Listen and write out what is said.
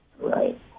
Right